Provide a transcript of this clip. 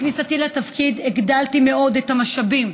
עם כניסתי לתפקיד הגדלתי מאוד את המשאבים